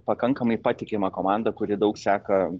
pakankamai patikimą komandą kuri daug seka